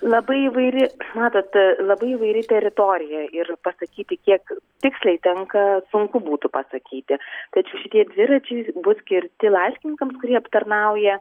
labai įvairi matot labai įvairi teritorija ir pasakyti kiek tiksliai tenka sunku būtų pasakyti tačiau šitie dviračiai bus skirti laiškininkams kurie aptarnauja